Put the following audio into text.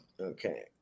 Okay